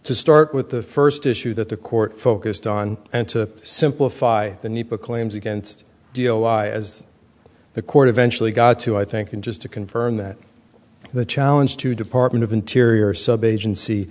to start with the first issue that the court focused on and to simplify the need to claims against as the court eventually got to i think and just to confirm that the challenge to department of interior sub agency